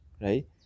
right